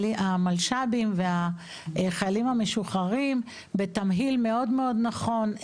המלש"בים והחיילים המשוחררים בתמהיל מאוד נכון.